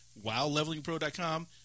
WoWLevelingPro.com